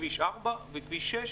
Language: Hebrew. כביש 4 וכביש 6,